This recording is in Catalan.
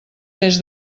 més